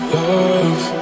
love